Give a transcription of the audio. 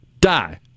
die